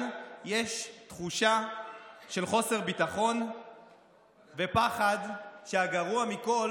יש תחושה של חוסר ביטחון ופחד שהגרוע מכול